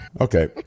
okay